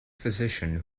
physician